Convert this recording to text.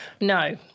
No